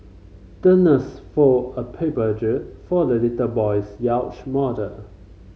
the nurse fold a paper jib for the little boy's yacht model